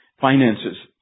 Finances